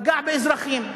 פגע באזרחים.